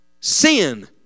Sin